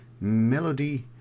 melody